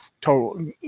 total